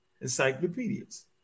encyclopedias